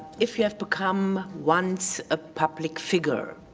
if you have become once a public figure,